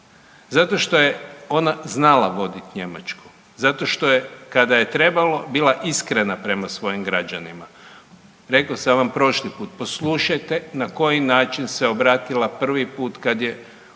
Zato što je ona znala vodit Njemačku, zato što je kada je trebalo bila iskrena prema svojim građanima. Rekao sam vam prošli put poslušajte se na koji način se obratila prvi put kad je